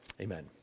Amen